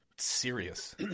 serious